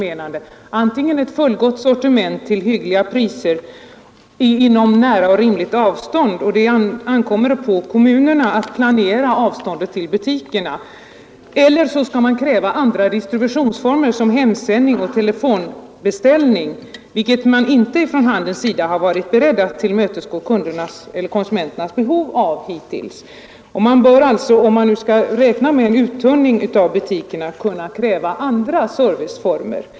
Man skall kräva antingen ett fullgott sortiment till hyggliga priser inom nära och rimligt avstånd — och det ankommer på kommunerna att planera avståndet till butikerna — eller andra distributionsformer som hemsändning och telefonbeställning, konsumentbehov som man inom handeln hittills inte varit beredd att tillmötesgå. Man bör alltså, om man nu skall räkna med en uttunning av butikerna, kunna kräva andra serviceformer.